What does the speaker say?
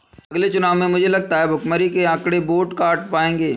अगले चुनाव में मुझे लगता है भुखमरी के आंकड़े वोट काट पाएंगे